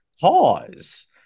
pause